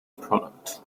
product